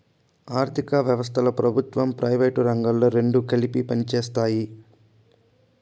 ఆర్ధిక వ్యవస్థలో ప్రభుత్వం ప్రైవేటు రంగాలు రెండు కలిపి పనిచేస్తాయి